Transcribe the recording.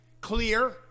clear